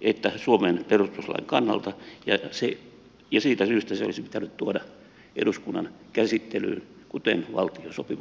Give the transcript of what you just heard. että suomen perustuslain kannalta ja siitä syystä se olisi pitänyt tuoda eduskunnan käsittelyyn kuten valtiosopimus